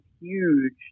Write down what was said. huge